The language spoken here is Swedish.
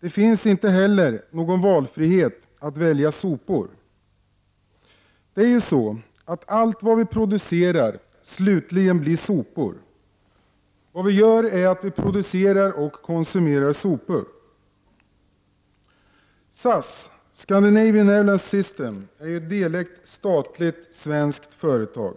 Det finns inte heller någon valfrihet när det gäller att välja sopor. Det är ju så, att allt vad vi producerar slutligen blir sopor. Vad vi gör är att vi producerar och konsumerar sopor. SAS, Scandinavian Airlines System, är ju ett delägt statligt svenskt företag.